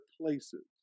places